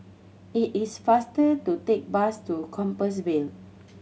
it is faster to take bus to Compassvale